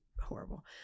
horrible